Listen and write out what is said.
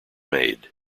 made